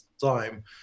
time